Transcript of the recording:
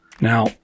Now